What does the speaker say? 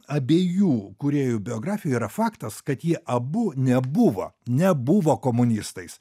abiejų kūrėjų biografijoj yra faktas kad jie abu nebuvo nebuvo komunistais